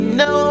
no